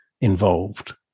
involved